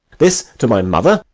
this to my mother.